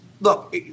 look